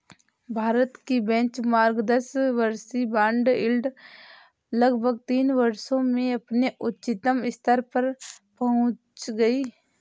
भारत की बेंचमार्क दस वर्षीय बॉन्ड यील्ड लगभग तीन वर्षों में अपने उच्चतम स्तर पर पहुंच गई